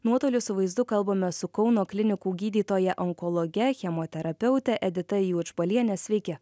nuotoliu su vaizdu kalbame su kauno klinikų gydytoja onkologe chemoterapeute edita juodžbaliene sveiki